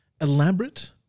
elaborate